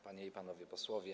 Panie i Panowie Posłowie!